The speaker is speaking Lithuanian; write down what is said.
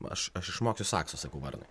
aš aš išmoksiu saksui sakau varnai